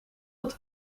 het